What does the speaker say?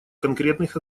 конкретных